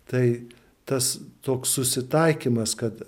tai tas toks susitaikymas kad